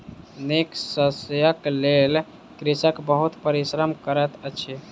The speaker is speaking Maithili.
नीक शस्यक लेल कृषक बहुत परिश्रम करैत अछि